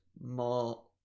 more